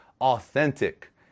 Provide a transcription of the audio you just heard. Authentic